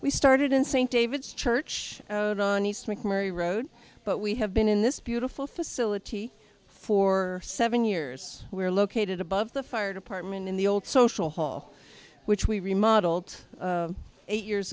we started in st david's church and on east mcmurry road but we have been in this beautiful facility for seven years we're located above the fire department in the old social hall which we remodeled eight years